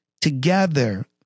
together